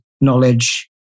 knowledge